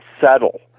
settle